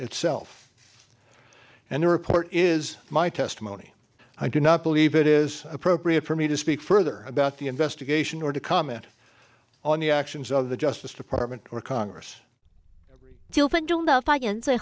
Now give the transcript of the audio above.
itself and the report is my testimony i do not believe it is appropriate for me to speak further about the investigation or to comment on the actions of the justice department or congress every deal but don't know if i can say